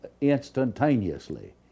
instantaneously